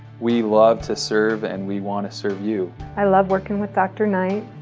we love to serve and we want to serve you. i love working with dr. knight.